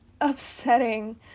upsetting